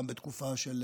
גם בתקופה של